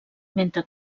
mentre